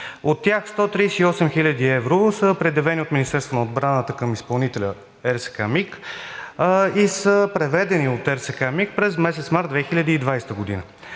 От тях 138 хил. евро са предявени от Министерството на отбраната към изпълнителя – РСК „МиГ“, и са преведени от РСК „МиГ“ през месец март 2020 г.